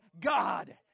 God